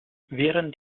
während